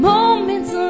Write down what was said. Moments